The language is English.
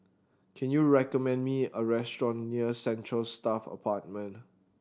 can you recommend me a restaurant near Central Staff Apartment